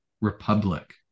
republic